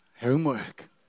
homework